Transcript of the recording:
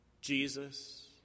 Jesus